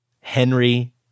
Henry